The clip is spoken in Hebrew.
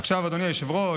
ועכשיו, אדוני היושב-ראש,